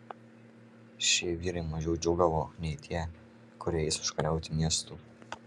šie vyrai mažiau džiūgavo nei tie kurie eis užkariauti miestų